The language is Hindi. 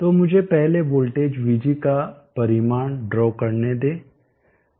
तो मुझे पहले वोल्टेज vg का परिमाण ड्रा करने दें